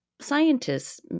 scientists